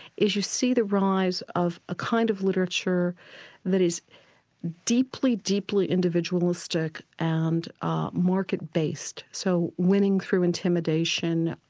is you see the rise of a kind of literature that is deeply, deeply individualistic and ah market based. so winning through intimidation,